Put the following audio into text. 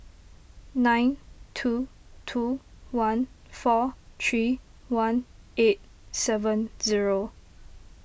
nine two two one four three one eight seven zero